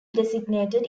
designated